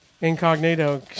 incognito